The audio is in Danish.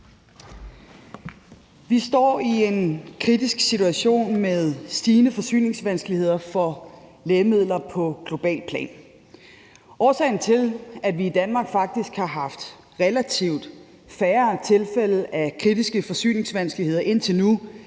Vi står i en kritisk situation med stigende forsyningsvanskeligheder for lægemidler på globalt plan. Årsagen til, at vi i Danmark faktisk har haft relativt færre tilfælde af kritiske forsyningsvanskeligheder indtil nu,